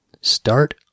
Start